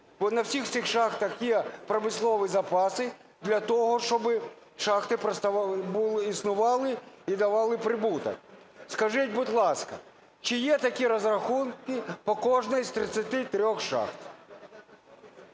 бо на всіх цих шахтах є промислові запаси для того, щоб шахти існували і давали прибуток. Скажіть, будь ласка, чи є такі розрахунки по кожній з 33 шахт?